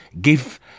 give